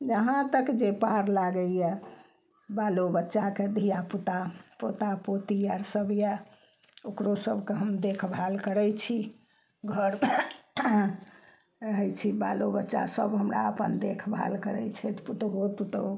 जहाँ तक जे पार लागइए बालोबच्चाके धिआपुता पोता पोती आर सब यऽ ओकरो सबके हम देखभाल करय छी घर रहय छी बालोबच्चा सब हमरा अपन देखभाल करय छथि पुतोहुओ पुतोहु